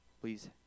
Please